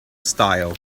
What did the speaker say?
style